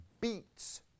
beats